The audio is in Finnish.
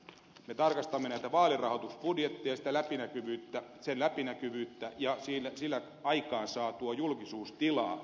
me tarkastamme näitä vaalirahoitusbudjetteja ja niiden läpinäkyvyyttä ja niillä aikaan saatua julkisuustilaa